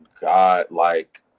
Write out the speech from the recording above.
God-like